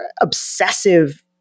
obsessive